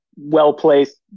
well-placed